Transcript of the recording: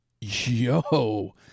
yo